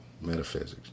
metaphysics